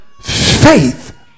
faith